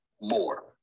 more